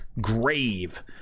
grave